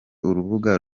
urubuga